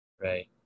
Right